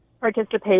participate